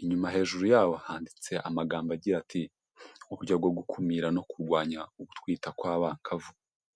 inyuma hejuru yabo handitse amagambo agira ati: "Uburyo bwo gukumira no kurwanya ugutwita kw'abangavu."